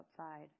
outside